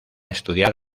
estudiar